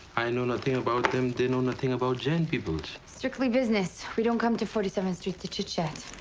i know nothing about them. they know nothing about jain peoples. strictly business. we don't come to forty seventh street to chitchat.